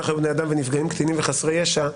סחר בבני אדם ונפגעים קטינים וחסרי ישע,